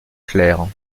claire